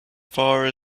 far